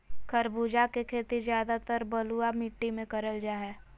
खरबूजा के खेती ज्यादातर बलुआ मिट्टी मे करल जा हय